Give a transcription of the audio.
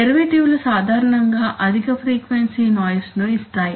derivative లు సాధారణంగా అధిక ఫ్రీక్వెన్సీ నాయిస్ ను ఇస్తాయి